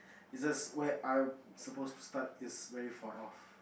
it's just where I suppose to start this very far of